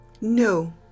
No